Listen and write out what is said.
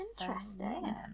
interesting